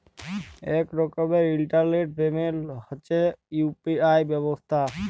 ইক রকমের ইলটারলেট পেমেল্ট হছে ইউ.পি.আই ব্যবস্থা